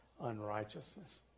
unrighteousness